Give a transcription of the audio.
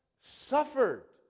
suffered